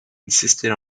insisted